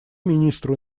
министру